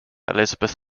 elizabeth